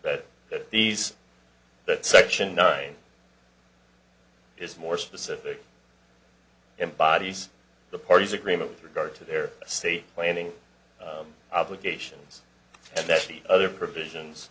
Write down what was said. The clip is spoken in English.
but that these that section nine has more specific embodies the party's agreement with regard to their state planning obligations and that's the other provisions